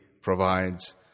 provides